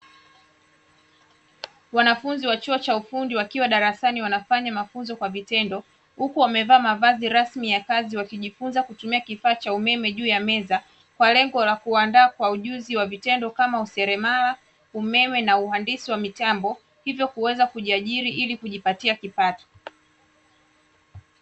Wanafunzi wa chuo cha ufundi wakiwa darasani wanafanya mafunzo kwa vitendo, huku wamevaa mavazi rasmi ya kazi wakijifunza kutumia kifaa cha umeme juu ya meza, kwa lengo la kuwaanda kwa ujuzi wa vitendo kama useremala, umeme na uhandisi wa mitambo; hivyo kuweza kujiajiri ili kujipatia kipato.